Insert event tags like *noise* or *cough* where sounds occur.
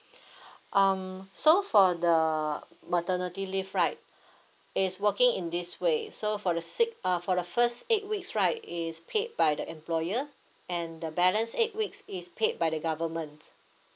*breath* um so for the maternity leave right *breath* it's working in this way so for the six uh for the first eight weeks right it is paid by the employer and the balance eight weeks is paid by the government